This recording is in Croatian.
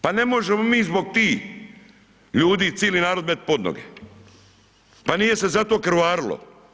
Pa ne možemo mi zbog tih ljudi cili narod met podnoge, pa nije se za to krvarilo.